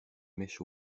mèches